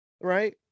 right